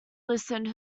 listened